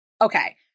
Okay